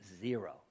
Zero